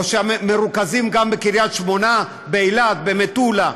או שמרוכזים גם בקריית שמונה, באילת, במטולה?